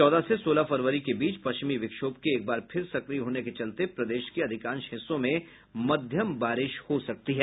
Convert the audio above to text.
चौदह से सोलह फरवरी के बीच पश्चिमी विक्षोभ के एक बार फिर सक्रिय होने के चलते प्रदेश के अधिकांश हिस्सों में मध्यम बारिश हो सकती है